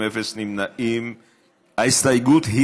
ההסתייגות (1)